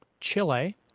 chile